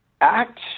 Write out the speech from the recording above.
act